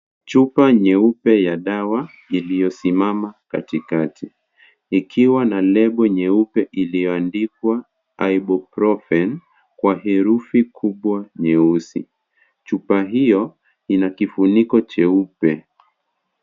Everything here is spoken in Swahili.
Chupa nyeupe ya dawa iliyo simama katikati ikiwa na lebo nyeupe iliyo andikwa iboprufen kwa herufi kubwa nyeusi. Chupa hiyo ina kifuniko cheupe.